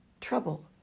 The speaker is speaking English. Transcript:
trouble